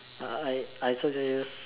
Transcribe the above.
I I I I also never use